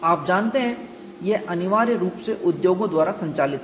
आप जानते हैं यह अनिवार्य रूप से उद्योगों द्वारा संचालित है